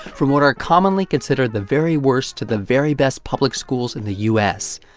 from what are commonly considered the very worst to the very best public schools in the u s,